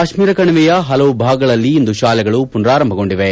ಕಾಶ್ಮೀರ ಕಣಿವೆಯ ಹಲವು ಭಾಗಗಳಲ್ಲಿ ಇಂದು ಶಾಲೆಗಳು ಪುನಾರಂಭಗೊಂಡಿವೆ